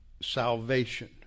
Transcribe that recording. salvation